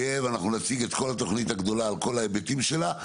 יהיה ואנחנו נציג את כל התוכנית הגדולה על כל ההיבטים שלה,